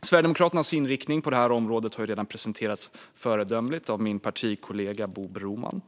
Sverigedemokraternas inriktning på det här området har redan presenterats föredömligt av min partikollega Bo Broman.